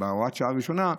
בהוראת השעה הראשונה,